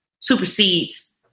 supersedes